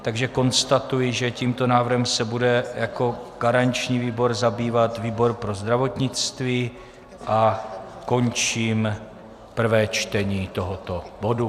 Takže konstatuji, že tímto návrhem se bude jako garanční výbor zabývat výbor pro zdravotnictví a končím prvé čtení tohoto bodu.